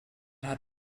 had